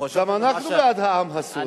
גם אנחנו בעד העם הסורי,